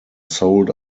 sold